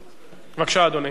בבקשה, אדוני.